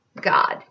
God